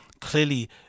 clearly